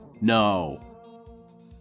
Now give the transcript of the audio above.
No